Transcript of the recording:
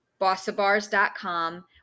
Bossabars.com